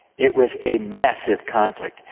it was a massive conflict.